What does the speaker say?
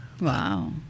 Wow